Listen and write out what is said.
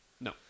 No